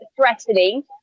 threatening